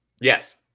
Yes